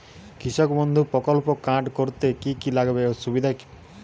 কৃষক বন্ধু প্রকল্প কার্ড করতে কি কি লাগবে ও কি সুবিধা পাব?